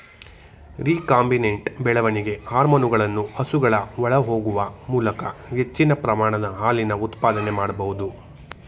recombinant ಬೆಳವಣಿಗೆ ಹಾರ್ಮೋನುಗಳನ್ನು ಹಸುಗಳ ಒಳಹೊಗಿಸುವ ಮೂಲಕ ಹೆಚ್ಚಿನ ಪ್ರಮಾಣದ ಹಾಲಿನ ಉತ್ಪಾದನೆ ಮಾಡ್ಬೋದು